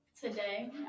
Today